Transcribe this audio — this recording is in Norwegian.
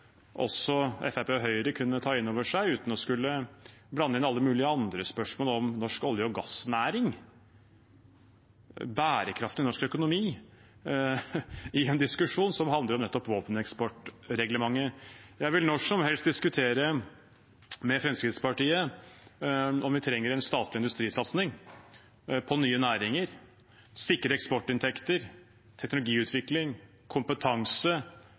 også Fremskrittspartiet og Høyre kunne ta inn over seg uten å skulle blande inn alle mulige andre spørsmål om norsk olje- og gassnæring og bærekraft i norsk økonomi, i en diskusjon som handler om nettopp våpeneksportreglementet. Jeg vil når som helst diskutere med Fremskrittspartiet om vi trenger en statlig industrisatsing på nye næringer – å sikre eksportinntekter, teknologiutvikling, kompetanse